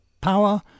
power